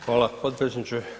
Hvala potpredsjedniče.